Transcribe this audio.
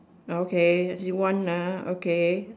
okay you want ah okay